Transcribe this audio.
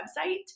website